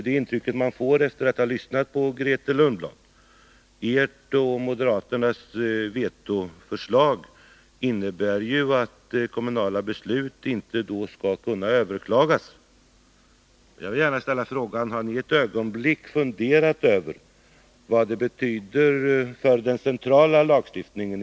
Det intrycket får man, efter att ha lyssnat till Grethe Lundblad. Ert och moderaternas vetoförslag innebär ju att kommunala beslut inte skall kunna överklagas. Jag vill gärna ställa frågan: Har ni i så fall ett ögonblick funderat över vad detta betyder för den centrala lagstiftningen?